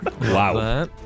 wow